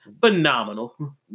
Phenomenal